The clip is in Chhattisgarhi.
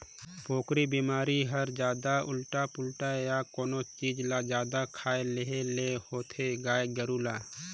पोकरी बेमारी हर जादा उल्टा पुल्टा य कोनो चीज ल जादा खाए लेहे ले होथे गाय गोरु ल